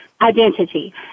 identity